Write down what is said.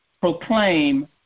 proclaim